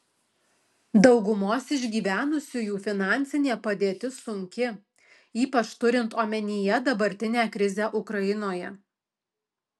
daugumos išgyvenusiųjų finansinė padėtis sunki ypač turint omenyje dabartinę krizę ukrainoje